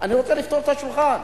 אני רוצה לפתור את הבעיה.